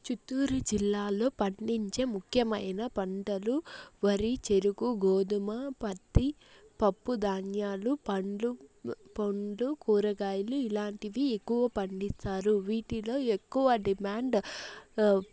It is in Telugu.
చిత్తూరు జిల్లాలో పండించే ముఖ్యమైన పంటలు వరి చెరకు గోధుమ పత్తి పప్పు ధాన్యాలు పండ్లు పండ్లు కూరగాయలు ఇలాంటివి ఎక్కువ పండిస్తారు వీటిలో ఎక్కువ డిమాండ్